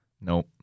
Nope